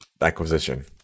acquisition